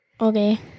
Okay